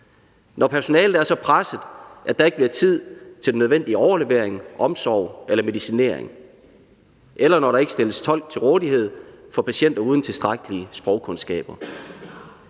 når personalet er så presset, at der ikke bliver tid til den nødvendige overlevering, omsorg eller medicinering; eller når der ikke stilles tolk til rådighed for patienter uden tilstrækkelige sprogkundskaber.